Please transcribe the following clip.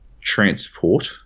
transport